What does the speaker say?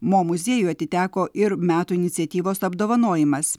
mo muziejui atiteko ir metų iniciatyvos apdovanojimas